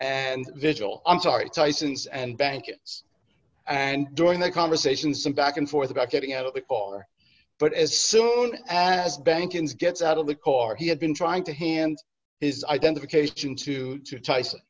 and visual i'm sorry tyson's and bankets and during that conversation some back and forth about getting out of there but as soon as banking's gets out of the car he had been trying to hand his identification to tyson